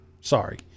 Sorry